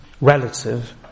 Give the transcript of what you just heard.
relative